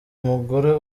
umugore